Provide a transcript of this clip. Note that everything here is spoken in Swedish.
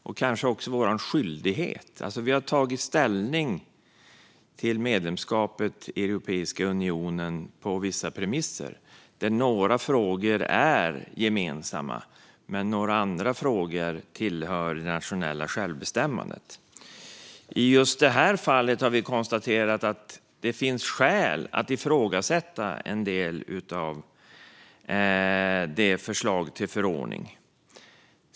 Det kanske också är vår skyldighet - vi har ju tagit ställning till medlemskapet i Europeiska unionen på vissa premisser, där några frågor är gemensamma men andra frågor tillhör det nationella självbestämmandet. I just det här fallet har vi konstaterat att det finns skäl att ifrågasätta en del av förslaget till förordning.